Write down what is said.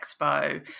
expo